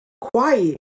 quiet